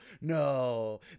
no